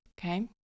Okay